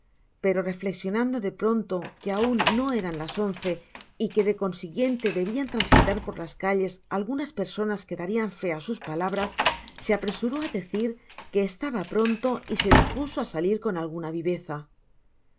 pero reflecsionando de pronto que aun no eran las once y que de consiguiente debian transitar por las calles algunas personas que darian fé á sus palabras se apresuró á decir que estaba pronto y se dispuso á salir con alguna viveza